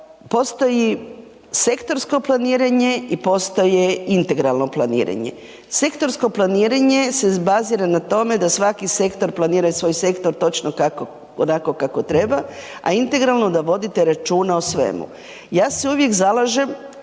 Postoji sektorsko planiranje i postoje integralno planiranje. Sektorsko planiranje se bazira na tome da svaki sektor planiraju svoj sektor točno onako kako treba, a integralno da vodite računa o svemu. Ja se uvijek zalažem